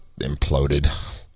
imploded